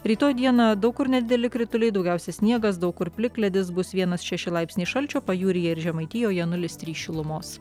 rytoj dieną daug kur nedideli krituliai daugiausia sniegas daug kur plikledis bus vienas šeši laipsniai šalčio pajūryje ir žemaitijoje nulis trys šilumos